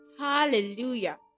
Hallelujah